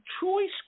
choice